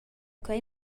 quei